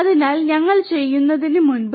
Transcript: അതിനാൽ ഞങ്ങൾ ചെയ്യുന്നതിനുമുമ്പ്